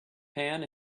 pan